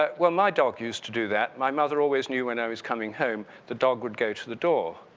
ah well, my dog used to do that. my mother always knew when i was coming home. the dog would go to the door.